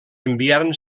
enviaren